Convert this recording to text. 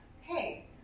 hey